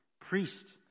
priest